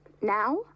now